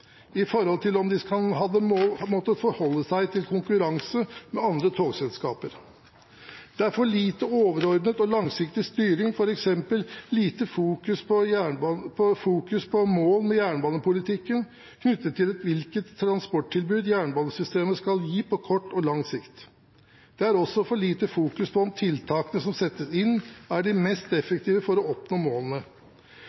i forhold til om de hadde måttet forholde seg til konkurranse med andre togselskaper. Det er for lite overordnet og langsiktig styring, f.eks. lite fokus på mål med jernbanepolitikken knyttet til hvilket transporttilbud jernbanesystemet skal gi på kort og lang sikt. Det er også for lite fokus på om tiltakene som settes inn, er de mest effektive for å oppnå målene.